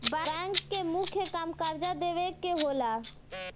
bank के मुख्य काम कर्जा देवे के होला